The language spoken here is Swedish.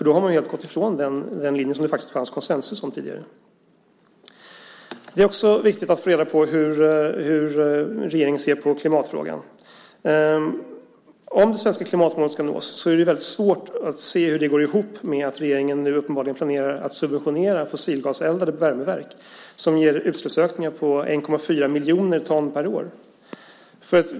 Då har man helt gått ifrån den linje som det fanns konsensus om tidigare. Det är också viktigt att få reda på hur regeringen ser på klimatfrågan. Om det svenska klimatmålet ska nås är det väldigt svårt att se hur det går ihop med att regeringen nu uppenbarligen planerar att subventionera fossilgaseldade värmeverk, som ger utsläppsökningar på 1,4 miljoner ton per år.